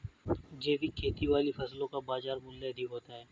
जैविक खेती वाली फसलों का बाजार मूल्य अधिक होता है